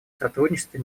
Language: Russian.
сотрудничестве